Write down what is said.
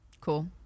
Cool